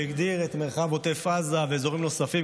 שהגדירו את מרחב עוטף עזה ואזורים נוספים